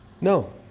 No